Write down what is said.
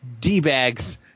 D-bags